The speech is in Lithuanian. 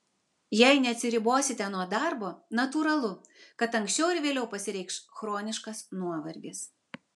jei neatsiribosite nuo darbo natūralu kad anksčiau ar vėliau pasireikš chroniškas nuovargis